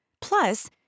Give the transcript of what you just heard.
Plus